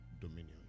dominion